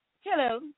Hello